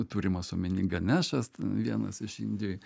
turimas omeny ganešas vienas iš indijoj